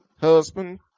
husband